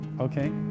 Okay